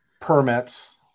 permits